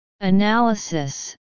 analysis